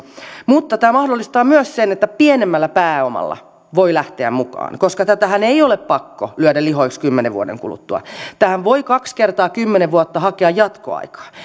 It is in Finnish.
mutta tämä mahdollistaa myös sen että pienemmällä pääomalla voi lähteä mukaan koska tätähän ei ole pakko lyödä lihoiksi kymmenen vuoden kuluttua tähän voi kaksi kertaa kymmenen vuotta hakea jatkoaikaa